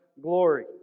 glory